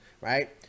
right